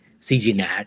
CGNAT